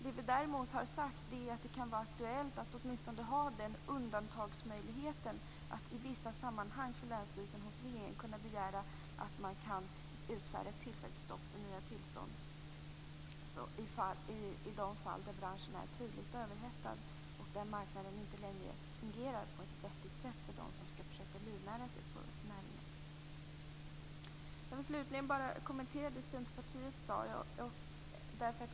Det vi däremot har sagt är att det kan vara aktuellt att åtminstone ha den undantagsmöjligheten att länsstyrelsen i vissa sammanhang hos regeringen kan begära att utfärda ett tillfälligt stopp för nya tillstånd i de fall där branschen är tydligt överhettad och där marknaden inte längre fungerar på ett vettigt sätt för dem som skall försöka livnära sig inom näringen.